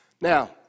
Now